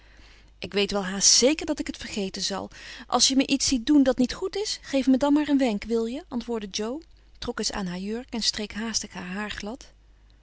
ik weet wel haast zeker dat ik het vergeten zal als je me iets ziet doen dat niet goed is geef mij dan maar een wenk wil je antwoordde jo trok eens aan haar jurk en streek haastig haar haar glad